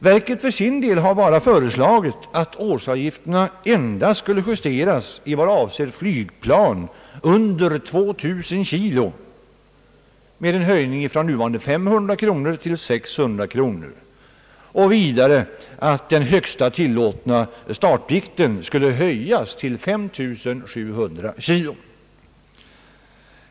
Verket har för sin del föreslagit att årsavgifterna skulle justeras endast beträffande flygplan under 2000 kg med en höjning från nuvarande 500 kronor till 600 kronor och vidare att den högsta tillåtna startvikten skulle höjas till 5 700 kg.